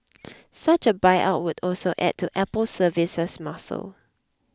such a buyout would also add to Apple's services muscle